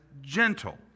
gentle